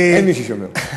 אין מי ששומר.